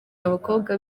abakobwa